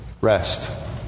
Rest